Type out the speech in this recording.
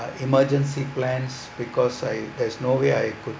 emergency plans because I there's no way I could